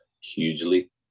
hugely